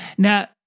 Now